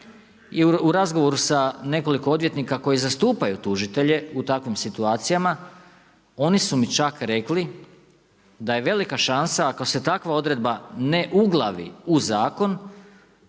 i u razgovoru sa nekoliko odvjetnika koji zastupaju tužitelje u takvim situacijama, oni su mi čak rekli, da je velika šansa ako se takva odredba ne uglavi u zakon,